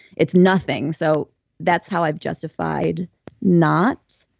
it's nothing. so that's how i've justified not